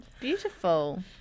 Beautiful